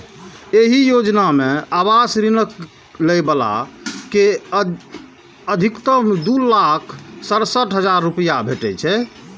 एहि योजना मे आवास ऋणक लै बला कें अछिकतम दू लाख सड़सठ हजार रुपैया भेटै छै